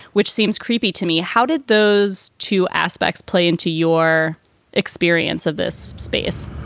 which seems creepy to me. how did those two aspects play into your experience of this space?